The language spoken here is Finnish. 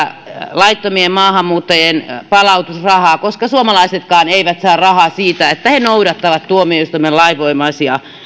laittomien maahanmuuttajien palautusrahaa koska suomalaisetkaan eivät saa rahaa siitä että he noudattavat tuomioistuimen lainvoimaisia